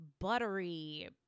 buttery